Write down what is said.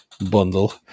bundle